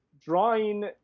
drawing